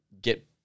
get